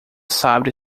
sabe